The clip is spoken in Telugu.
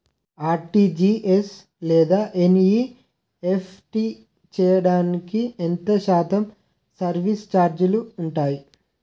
ఆర్.టీ.జీ.ఎస్ లేదా ఎన్.ఈ.ఎఫ్.టి చేయడానికి ఎంత శాతం సర్విస్ ఛార్జీలు ఉంటాయి?